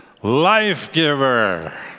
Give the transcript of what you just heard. Life-giver